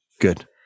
Good